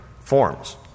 forms